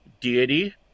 deity